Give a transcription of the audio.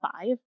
five